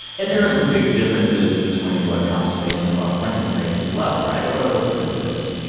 and there are some big differences between what trump's facing and what clinton faced as well. right? what are those differences?